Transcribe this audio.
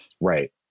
Right